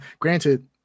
granted